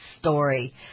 story